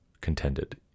contended